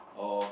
or